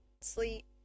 sleep